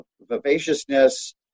vivaciousness